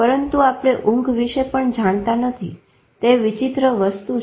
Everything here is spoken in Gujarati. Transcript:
પરંતુ આપણે ઊંઘ વિશે પણ જાણતા નથી તે વિચિત્ર વસ્તુ છે